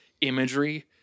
imagery